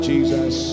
Jesus